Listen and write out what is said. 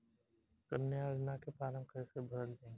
कन्या योजना के फारम् कैसे भरल जाई?